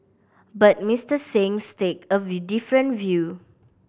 but Mister Singh stake of different view